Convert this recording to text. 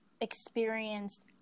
experienced